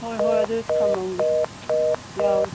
ꯍꯣꯏ ꯍꯣꯏ ꯑꯗꯨꯗꯤ ꯊꯝꯃꯝꯒꯦ ꯌꯥꯎꯏ